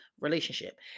relationship